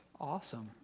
awesome